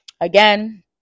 Again